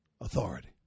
authority